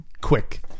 quick